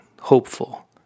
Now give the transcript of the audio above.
hopeful